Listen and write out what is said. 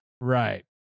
Right